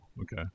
okay